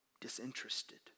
disinterested